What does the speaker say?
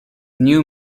new